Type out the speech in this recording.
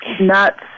nuts